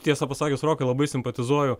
tiesą pasakius rokai labai simpatizuoju